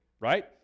Right